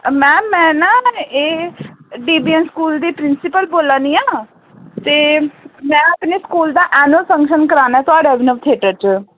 ma'am में ना एह् डी बी एन स्कूल दी प्रिंसिपल बोलै'नियां ते मैं अपने स्कूल दा ऐनूय्ल फंक्शन कराना थुआड़े अभिनव थेटर च